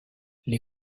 les